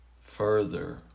further